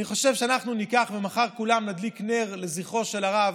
אני חושב שאנחנו כולם מחר נדליק נר לזכרו של הרב.